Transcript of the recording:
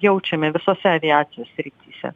jaučiame visose aviacijos srityse